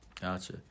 Gotcha